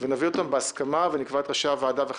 ולהביא אותם בהסכמה ונקבע את ראשי הוועדה ואת